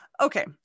Okay